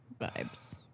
vibes